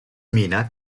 mina